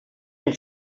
dem